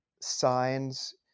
signs